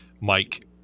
mike